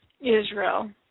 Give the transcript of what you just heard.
Israel